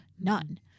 None